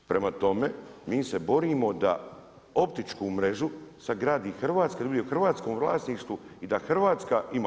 Prema tome, mi se borimo da optičku mrežu sagradi Hrvatska i da bude u hrvatskom vlasništvu i da Hrvatska ima.